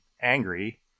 angry